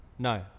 No